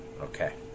Okay